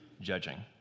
judging